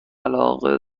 علاقه